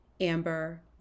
amber